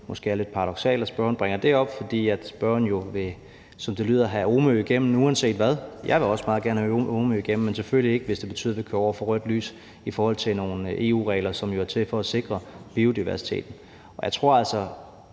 så igen er lidt paradoksalt at spørgeren bringer op, for spørgeren vil jo, som det lyder, have Omøprojektet igennem uanset hvad. Jeg vil også meget gerne have Omøprojektet igennem, men selvfølgelig ikke, hvis det betyder, at vi kører over for rødt lys i forhold til nogle EU-regler, som jo er til for at sikre biodiversiteten. Jeg tror altså,